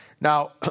Now